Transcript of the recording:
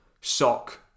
sock